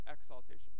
exaltation